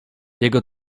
jego